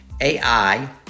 AI